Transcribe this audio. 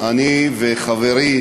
אני וחברי